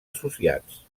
associats